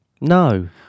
No